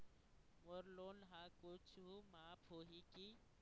मोर loan हा कुछू माफ होही की?